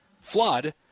flood